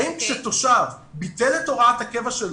האם כאשר תושב ביטל את הוראת הקבע שלו,